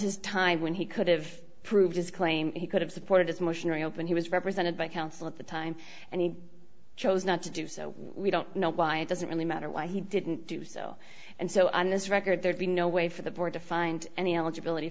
his time when he could've proved his claim he could have supported his motion reopen he was represented by counsel at the time and he chose not to do so we don't know why it doesn't really matter why he didn't do so and so on this record there'd be no way for the board to find any eligibility